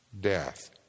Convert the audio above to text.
death